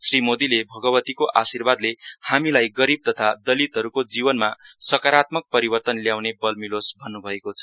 श्री मोदीले भगवतीको आशिर्वादले हामीलाई गरीब तथा दलीतहरूको जीवनमा सकारात्मक परिर्वतन ल्याउने बल मिलोस भन्नुभएको छ